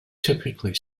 typically